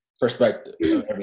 perspective